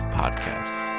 podcasts